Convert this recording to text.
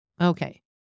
Okay